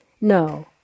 No